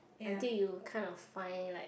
I think you kind of find like